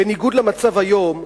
בניגוד למצב היום,